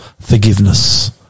forgiveness